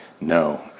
No